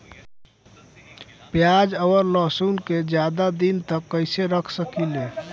प्याज और लहसुन के ज्यादा दिन तक कइसे रख सकिले?